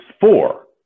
four